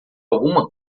alguma